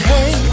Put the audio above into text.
Hey